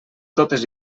totes